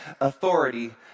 authority